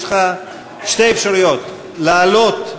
יש לך שתי אפשרויות: לעלות,